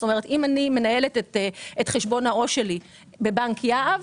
זאת אומרת שאם אני מנהלת את חשבון העו"ש שלי בבנק יהב,